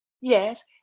Yes